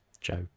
joe